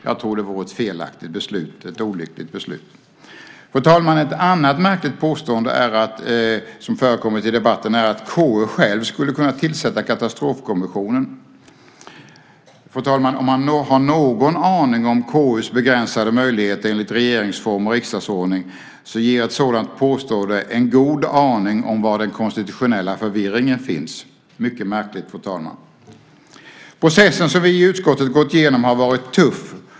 Jag tror att det vore ett felaktigt och olyckligt beslut. Fru talman! Ett annat märkligt påstående som har förekommit i debatten är att KU självt skulle ha kunnat tillsätta Katastrofkommissionen. Om man har någon aning om KU:s begränsade möjligheter enligt regeringsform och riksdagsordning så ger ett sådant påstående en god idé om var den konstitutionella förvirringen finns. Detta är mycket märkligt, fru talman. Processen som vi i utskottet har gått igenom har varit tuff.